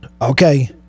Okay